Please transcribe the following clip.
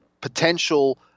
potential